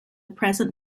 present